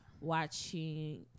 watching